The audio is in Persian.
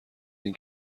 این